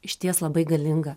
išties labai galingą